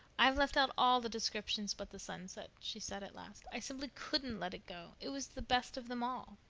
i've left out all the descriptions but the sunset, she said at last. i simply couldn't let it go. it was the best of them all.